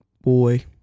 boy